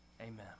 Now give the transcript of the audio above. Amen